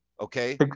Okay